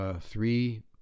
three